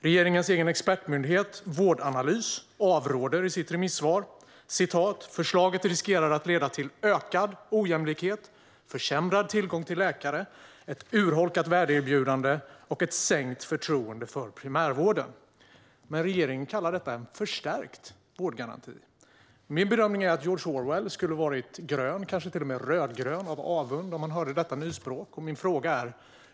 Regeringens egen expertmyndighet, Vårdanalys, avråder i sitt remissvar: "Förslaget riskerar att leda till ökad ojämlikhet, försämrad tillgång till läkare, ett urholkat värdeerbjudande samt i förlängningen ett sänkt förtroende för primärvården." Regeringen kallar det dock för en förstärkt vårdgaranti. George Orwell skulle ha varit grön, kanske till och med rödgrön av avund, om han hade hört detta nyspråk.